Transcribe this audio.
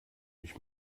ich